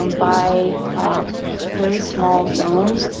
um by very small zones,